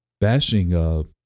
bashing